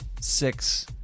six